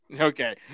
Okay